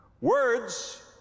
Words